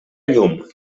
llum